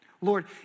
Lord